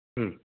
മ്മ്